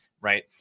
right